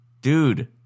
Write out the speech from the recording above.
Dude